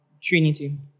Trinity